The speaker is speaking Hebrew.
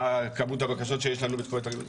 מהי כמות הבקשות שיש לנו בתקופה הזאת,